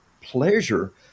pleasure